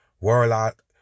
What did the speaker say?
World